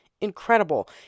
Incredible